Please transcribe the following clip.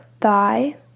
thigh